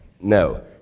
No